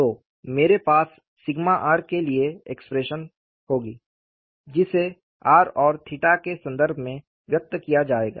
तो मेरे पास r के लिए एक्सप्रेशन होगी जिसे r और 𝜭 के संदर्भ में व्यक्त किया जाएगा